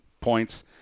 points